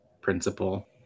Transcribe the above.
principle